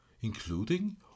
including